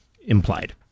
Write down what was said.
implied